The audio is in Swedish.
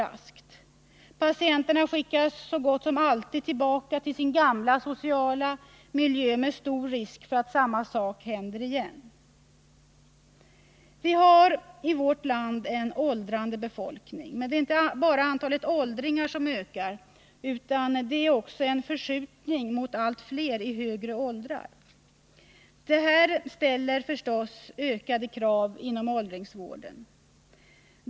Patienterna skickas så gott som alltid tillbaka till sin gamla sociala miljö med stor risk för att samma sak händer igen. Vi har i vårt land en åldrande befolkning, men det är inte bara antalet åldringar som ökar, utan det sker också en förskjutning mot allt fler i högre ålder. Detta ställer ökade krav inom åldringsvården.